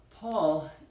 Paul